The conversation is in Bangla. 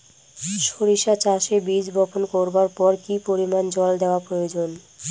সরিষা চাষে বীজ বপন করবার পর কি পরিমাণ জল দেওয়া প্রয়োজন?